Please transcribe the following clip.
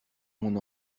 mon